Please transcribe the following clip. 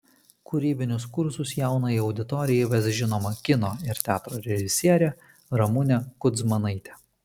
kūrybinius kursus jaunajai auditorijai ves žinoma kino ir teatro režisierė ramunė kudzmanaitė